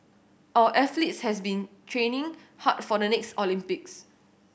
our athletes has been training hard for the next Olympics